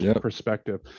perspective